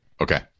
okay